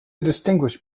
distinguished